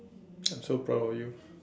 I'm so proud of you